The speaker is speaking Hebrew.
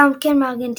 גם כן מארגנטינה,